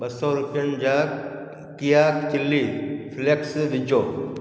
ॿ सौ रुपियनि जा किया चिली फलैक्स विझो